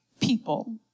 people